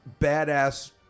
badass